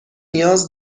نیاز